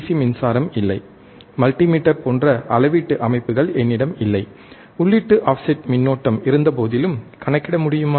C மின்சாரம் இல்லை multimeter போன்ற அளவீட்டு அமைப்புகள் என்னிடம் இல்லை உள்ளீட்டு ஆஃப்செட் மின்னோட்டம் இருந்தபோதிலும் கணக்கிட முடியுமா